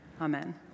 Amen